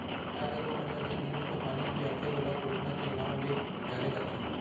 गाय गरूवा मन ल जेन जिनिस म पानी पियाथें ओला कोटना के नांव ले जाने जाथे